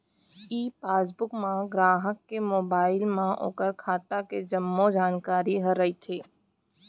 ई passbook म गराहक के मोबाइल म ओकर खाता के जम्मो जानकारी ह रइथे